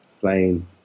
playing